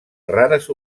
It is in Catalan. rares